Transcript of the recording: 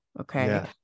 Okay